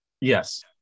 yes